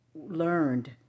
learned